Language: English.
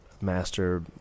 master